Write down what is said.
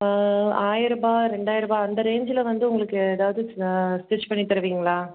ஆயிரம் ரூபாய் ரெண்டாயிரம் ரூபாய் அந்த ரேஞ்ச்சில் வந்து உங்களுக்கு ஏதாவது ஸ்டிச் பண்ணித்தருவீங்களா